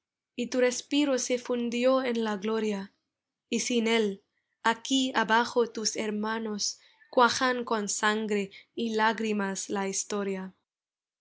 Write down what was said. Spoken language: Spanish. y tu respiro se fundió en la gloria y sin él aquí abajo tus hermanos cuajan con sangre y lágrimas la historia